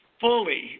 fully